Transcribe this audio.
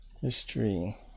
history